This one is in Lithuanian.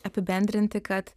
apibendrinti kad